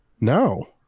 No